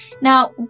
Now